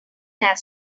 had